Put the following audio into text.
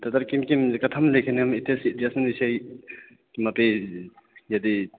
तत्र किं किं कथं लेखनीयम् इत्यस्य इत्यस्मिन् विषये किमपि यदि